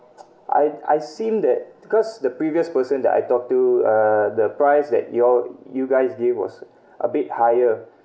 I I've seen that because the previous person that I talked to uh the price that you all you guys gave was a bit higher